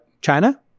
China